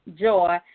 joy